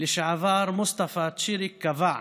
לשעבר מוסטפא צ'ריק קבע: